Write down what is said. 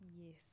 Yes